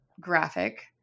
graphic